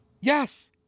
Yes